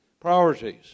Priorities